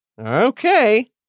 Okay